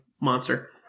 monster